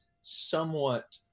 somewhat